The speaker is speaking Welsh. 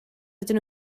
ydyn